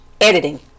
editing